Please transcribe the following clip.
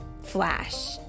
Flash